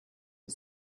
the